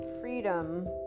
freedom